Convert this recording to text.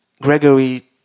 Gregory